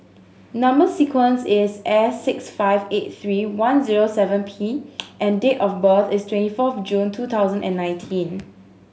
number sequence is S six five eight three one zero seven P and date of birth is twenty fourth June two thousand and nineteen